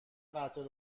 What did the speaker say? قطع